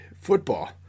football